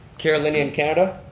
carolinian canada,